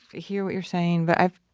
hear you're saying. but i've